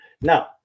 now